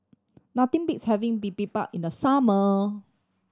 nothing beats having Bibimbap in the summer